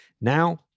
Now